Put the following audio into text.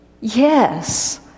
Yes